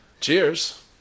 Cheers